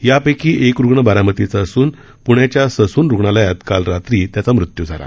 यापैकी एक रुग्ण बारामतीचा असून प्ण्याच्या ससून रुग्णालयात काल रात्री त्याचा मृत्यू झाला